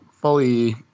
fully